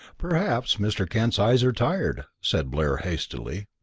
perhaps mr. kent's eyes are tired? said blair, hastily.